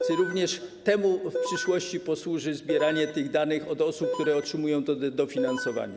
Czy również temu w przyszłości posłuży zbieranie tych danych od osób, które otrzymają to dofinansowanie?